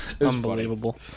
unbelievable